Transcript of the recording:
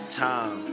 time